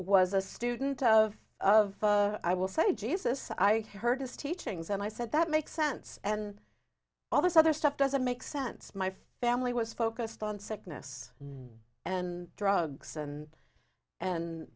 was a student of of i will say jesus i heard his teachings and i said that make sense and all this other stuff doesn't make sense my family was focused on sickness and drugs and and